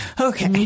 Okay